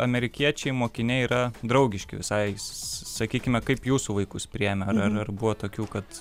amerikiečiai mokiniai yra draugiški visai sakykime kaip jūsų vaikus priėmė ar ar buvo tokių kad